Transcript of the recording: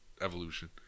evolution